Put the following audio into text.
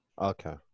Okay